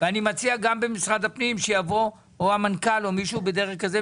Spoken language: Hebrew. ויבוא מנכ"ל משרד הפנים או מישהו בדרג דומה,